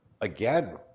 again